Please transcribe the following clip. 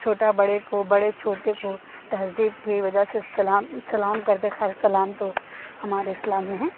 چھوٹا بڑے کو بڑے چھوٹے کو تہذیب کی وجہ سے سلام سلام کرتے ہیں خیر سلام تو ہمارے اسلام میں ہے